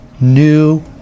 new